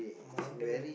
modern